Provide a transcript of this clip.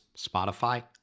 Spotify